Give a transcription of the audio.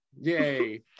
yay